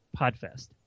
PodFest